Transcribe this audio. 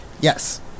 Yes